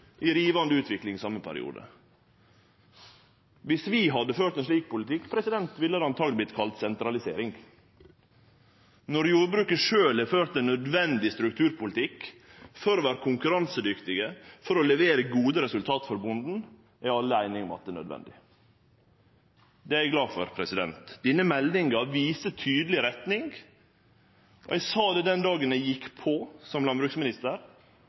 i rivande utvikling i same periode. Dersom vi hadde ført ein slik politikk, hadde det antakeleg vorte kalla sentralisering. Når jordbruket sjølv har ført ein nødvendig strukturpolitikk for å vere konkurransedyktige, for å levere gode resultat for bonden, er alle einige om at det er nødvendig. Det er eg glad for. Denne meldinga viser tydeleg retning, og eg sa det den dagen eg gjekk på som landbruksminister,